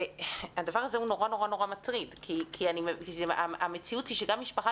הדבר הזה הוא נורא מטריד כי המציאות היא שגם משפחה